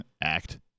act